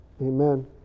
Amen